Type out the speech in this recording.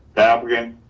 the applicant